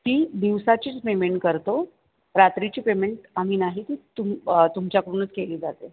ती दिवसाचीच पेमेंट करतो रात्रीची पेमेंट आम्ही नाही ती तुम् तुमच्याकडूनच केली जाते